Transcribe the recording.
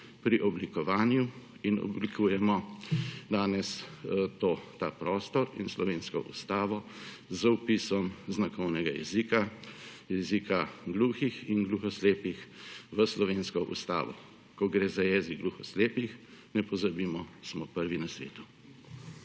pri oblikovanju in oblikujemo danes ta prostor in slovensko Ustavo, z vpisom znakovnega jezika, jezika gluhih in gluho slepih, v slovensko Ustavo. Ko gre za jezik gluho slepih, ne pozabimo, smo prvi na svetu.